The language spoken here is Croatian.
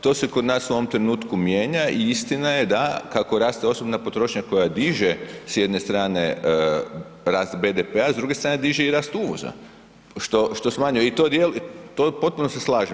To se kod nas u ovom trenutku mijenja i istina je da kako raste osobna potrošnja koja diže s jedne strane rast BDP-a, s druge strane diže i rast uvoza, što smanjuje i to potpuno se slažem.